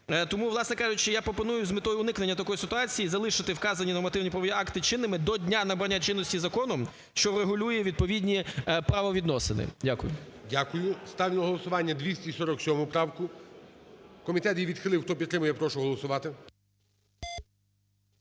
Тому, власне кажучи, я пропоную з метою уникнення такої ситуації залишити вказані нормативно-правові акти чинними до дня набрання чинності законом, що регулює відповідні правовідносини. Дякую. ГОЛОВУЮЧИЙ. Дякую. Ставлю на голосування 247 правку. Комітет її відхилив. Хто підтримує, прошу голосувати.